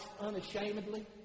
unashamedly